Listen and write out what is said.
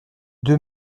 deux